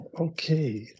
Okay